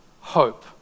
hope